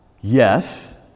Yes